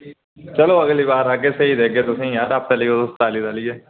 चलो अगली बार औगे सेही देगे तुसें गी आपैं लैएओ तुस ताली तालियै